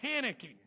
panicking